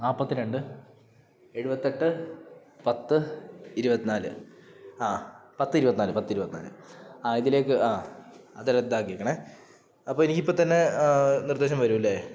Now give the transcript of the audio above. നാൽപ്പത്തി രണ്ട് എഴുപത്തി എട്ട് പത്ത് ഇരുപത്തി നാല് ആ പത്ത് ഇരുപത്തി നാല് പത്ത് ഇരുപത്തി നാല് ആ ഇതിലേക്ക് ആ അത് റദ്ദാക്കിയേക്കണേ അപ്പോൾ എനിക്ക് ഇപ്പം തന്നെ നിർദ്ദേശം വരും അല്ലേ